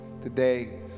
Today